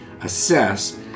assess